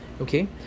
Okay